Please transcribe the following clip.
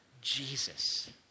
Jesus